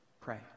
Pray